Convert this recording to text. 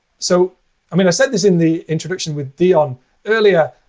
so i mean, i said this in the introduction with dion earlier.